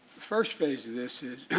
first phase of this is.